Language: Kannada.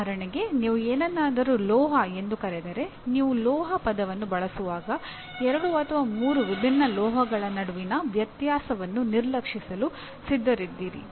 ಉದಾಹರಣೆಗೆ ನೀವು ಏನನ್ನಾದರೂ ಲೋಹ ಎಂದು ಕರೆದರೆ ನೀವು ಲೋಹ ಪದವನ್ನು ಬಳಸುವಾಗ ಎರಡು ಅಥವಾ ಮೂರು ವಿಭಿನ್ನ ಲೋಹಗಳ ನಡುವಿನ ವ್ಯತ್ಯಾಸವನ್ನು ನಿರ್ಲಕ್ಷಿಸಲು ಸಿದ್ಧರಿದ್ದೀರಿ